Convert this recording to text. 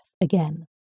again